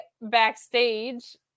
backstage